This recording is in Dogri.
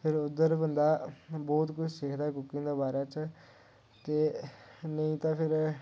फिर उद्धर बंदा बहोत कुछ सिक्खदा कुकिंग दे बारे च ते नेईं तां फिर